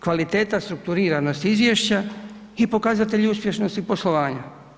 Kvaliteta strukturiranosti izvješća i pokazatelji uspješnosti poslovanja.